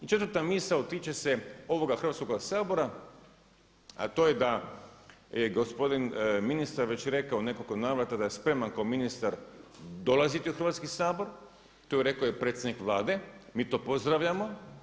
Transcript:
I četvrta misao tiče se ovoga Hrvatskoga sabora, a to je da je gospodin ministar već rekao u nekoliko navrata da je spreman kao ministar dolaziti u Hrvatski sabor, to je rekao i predsjednik Vlade, mi to pozdravljamo.